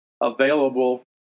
available